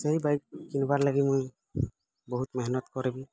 ସେହି ବାଇକ୍ କିଣବାର୍ ଲାଗି ମୁଇଁ ବହୁତ୍ ମେହନତ୍ କରିବି